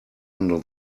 under